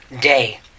day